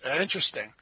Interesting